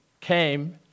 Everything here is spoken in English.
came